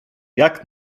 jak